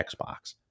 Xbox